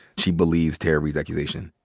she believes tara reade's accusation?